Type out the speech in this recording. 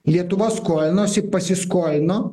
lietuva skolinosi pasiskolino